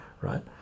right